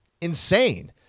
insane